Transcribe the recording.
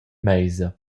meisa